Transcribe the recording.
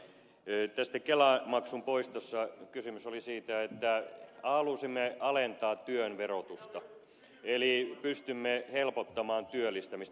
tässä kelamaksun poistossa kysymys oli siitä että halusimme alentaa työn verotusta eli pystymme helpottamaan työllistämistä